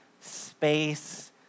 space